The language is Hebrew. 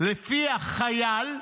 שלפיה חייל,